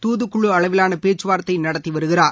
தூதுக்குழுஅளவிலானபேச்சுவார்த்தைநடத்திவருகிறார்